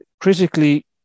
critically